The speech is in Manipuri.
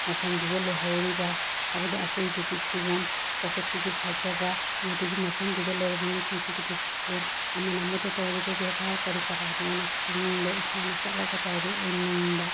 ꯃꯐꯝꯗꯨꯗ ꯂꯩꯍꯧꯔꯤꯕ ꯍꯥꯏꯕꯗꯤ ꯑꯀꯣꯏꯕꯒꯤ ꯐꯤꯕꯝ ꯄ꯭ꯔꯀ꯭ꯔꯤꯇꯤꯒꯤ ꯐꯖꯕ ꯑꯃꯗꯤ ꯃꯐꯝꯗꯨꯗ ꯂꯩꯔꯝꯃꯤꯕ ꯃꯤꯁꯤꯡꯁꯤꯒꯤ ꯗꯤꯁꯤꯄ꯭ꯂꯤꯟ ꯑꯃꯅ ꯑꯃꯗ ꯇꯧꯔꯤꯕ ꯕꯦꯕꯥꯔ ꯀꯔꯤ ꯀꯔꯥ ꯑꯗꯨ ꯑꯩꯅ ꯈꯪꯅꯤꯡꯕ ꯏꯁꯥꯅ ꯆꯠꯂꯒ ꯗꯥꯏꯔꯦꯛ ꯎꯅꯤꯡꯕ ꯌꯦꯡꯅꯤꯡꯕ